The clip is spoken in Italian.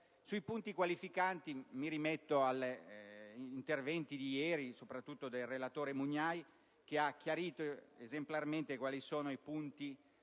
Sui punti qualificanti mi rimetto agli interventi di ieri, soprattutto quello del relatore Mugnai, che ha chiarito esemplarmente i punti